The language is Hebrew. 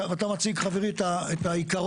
אתה מציג חברי את העיקרון,